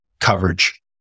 coverage